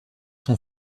son